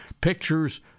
pictures